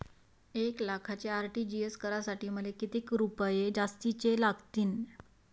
एक लाखाचे आर.टी.जी.एस करासाठी मले कितीक रुपये जास्तीचे लागतीनं?